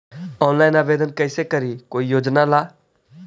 Online आवेदन कैसे करी कोई योजना ला?